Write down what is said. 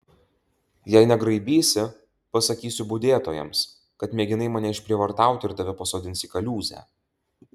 jei negraibysi pasakysiu budėtojams kad mėginai mane išprievartauti ir tave pasodins į kaliūzę